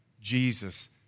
Jesus